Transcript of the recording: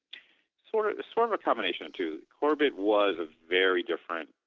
sort of sort of a combination too. corbett was a very different